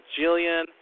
Jillian